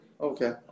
Okay